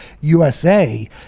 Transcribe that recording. USA